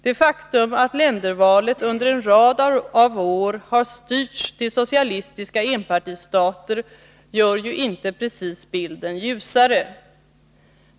Det faktum att ländervalet under en rad av år har styrts till socialistiska enpartistater gör ju inte precis bilden ljusare.